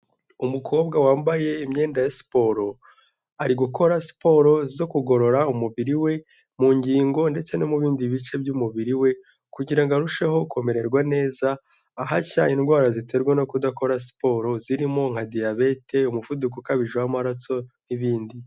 Umukobwa wambaye imyenda ya siporo ari gukora siporo zo kugorora umubiri we mu ngingo ndetse no mu bindi bice by'umubiri we kugira ngo arusheho kumererwa neza ahashya indwara ziterwa no kudakora siporo zirimo nka diyabete, umuvuduko ukabije w'amaraso n'ibindi.